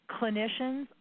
clinicians